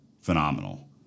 phenomenal